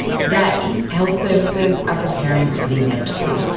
today, health services are preparing for the inevitable.